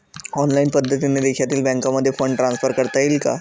Online पद्धतीने देशातील बँकांमध्ये फंड ट्रान्सफर करता येईल का?